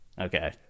Okay